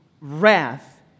wrath